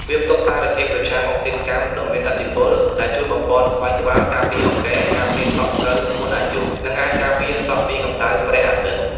វាផ្ទុកសារធាតុប្រឆាំងអុកស៊ីតកម្មដ៏មានឥទ្ធិពល ដែលជួយបំប៉នស្បែកក្បាល ការពារអង្គែ ការពារសក់ស្កូវមុនអាយុ និងអាចការពារសក់ពីកម្ដៅព្រះអាទិត្យ។